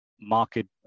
market